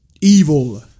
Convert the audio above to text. evil